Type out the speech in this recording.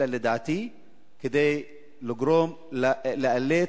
אלא לדעתי כדי לגרום, לאלץ,